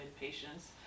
patients